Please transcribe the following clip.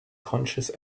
concise